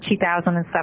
2007